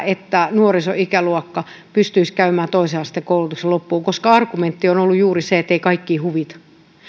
että nuorisoikäluokka pystyisi käymään toisen asteen koulutuksen loppuun koska argumentti on ollut juuri se ettei kaikkia huvita mitä